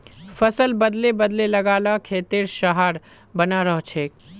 फसल बदले बदले लगा ल खेतेर सहार बने रहछेक